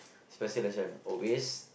special lesson always